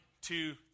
two